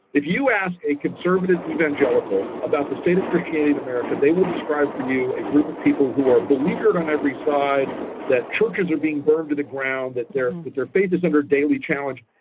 if you ask a conservative evangelical about the state of christianity in america, they will describe for you a group of people who are beleaguered on every side that churches are being burned to the ground, that their but their faith is under daily challenge,